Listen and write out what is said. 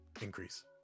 increase